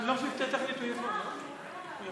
הוא